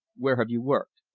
where have you worked?